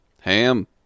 ham